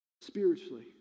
spiritually